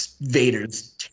Vader's